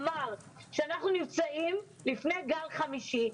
אמר שאנחנו נמצאים לפני גל חמישי,